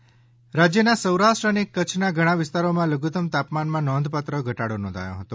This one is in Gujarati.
હવામાન રાજ્યના સૌરાષ્ટ્ર અને કચ્છના ઘણાં વિસ્તારોમાં લધુત્તમ તાપમાનમાં નોંધપાત્ર ઘટાડો નોંધાયો હતો